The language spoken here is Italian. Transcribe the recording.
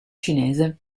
cinese